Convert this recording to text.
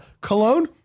Cologne